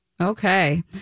Okay